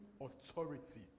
authority